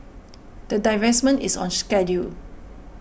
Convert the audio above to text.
the divestment is on schedule